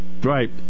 Right